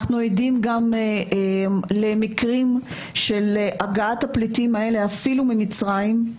אנחנו גם עדים למקרים של הגעת הפליטים האלה אפילו ממצרים,